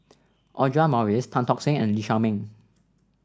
Audra Morrice Tan Tock Seng and Lee Shao Meng